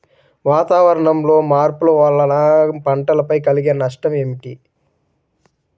వాతావరణంలో మార్పుల వలన పంటలపై కలిగే నష్టం ఏమిటీ?